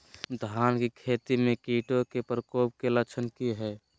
धान की खेती में कीटों के प्रकोप के लक्षण कि हैय?